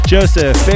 Joseph